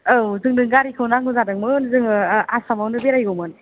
औ जोंनो गारिखौ नांगौ जादोंमोन जोङो आसामावनो बेरायगौमोन